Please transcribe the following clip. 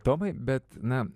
tomai bet na